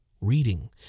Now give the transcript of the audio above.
reading